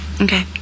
okay